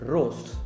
Roast